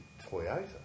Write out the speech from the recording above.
Toyota